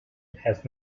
has